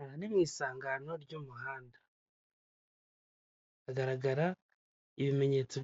Aha ni mu isangano ry'umuhanda hagaragara ibimenyetso